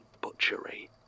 butchery